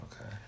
Okay